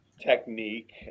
Technique